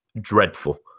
dreadful